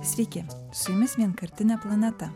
sykį su jumis vienkartinė planeta